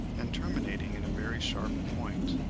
and terminating in a very sharp point.